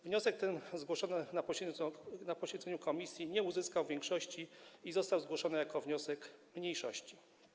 Wniosek ten, zgłoszony na posiedzeniu komisji, nie uzyskał większości i został zgłoszony jako wniosek mniejszości.